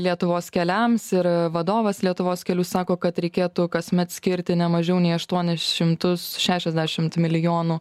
lietuvos keliams ir vadovas lietuvos kelių sako kad reikėtų kasmet skirti ne mažiau nei aštuonis šimtus šešiasdešimt milijonų